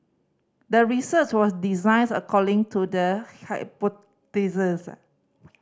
the research was designs according to the